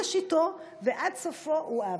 מראשיתו ועד סופו הוא עוול.